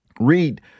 Read